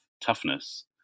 toughness